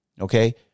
Okay